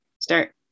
start